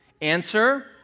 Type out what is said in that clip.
Answer